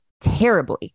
terribly